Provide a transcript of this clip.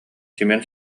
семен